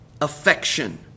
affection